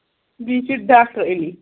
بیٚیہِ چھُ ڈاکٹر علی